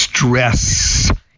Stress